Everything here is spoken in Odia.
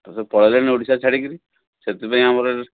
ସେ ସବୁ ପଳେଇଲେଣି ଓଡ଼ିଶା ଛାଡ଼ିକରି ସେଥିପାଇଁ ଆମର